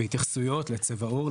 בהתייחסויות לצבע עור,